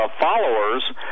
followers